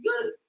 good